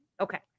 Okay